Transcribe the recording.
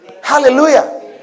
Hallelujah